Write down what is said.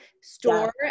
store